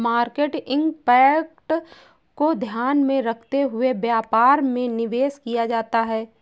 market impact को ध्यान में रखते हुए व्यापार में निवेश किया जाता है